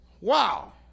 Wow